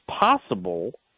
possible